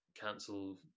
cancel